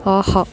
ஆஹா